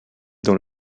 dans